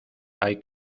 hay